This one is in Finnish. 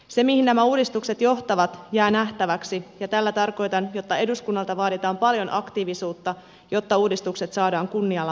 se mihin nämä uudistukset johtavat jää nähtäväksi ja tällä tarkoitan jotta eduskunnalta vaaditaan paljon aktiivisuutta jotta uudistukset saadaan kunnialla maaliin